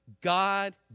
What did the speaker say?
God